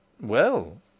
Well